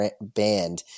band